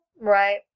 Right